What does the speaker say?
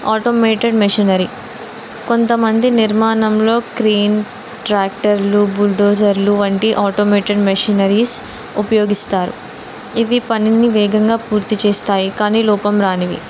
automated machinery కొంతమంది నిర్మాణంలో crane ట్రాక్టర్లు బుల్డోజర్లు వంటి ఆటోమేటెడ్ మెషనరీస్ ఉపయోగిస్తారు ఇవి పనిని వేగంగా పూర్తి చేస్తాయి కానీ లోపం రానివి